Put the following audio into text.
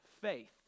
faith